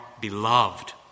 beloved